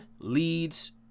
leads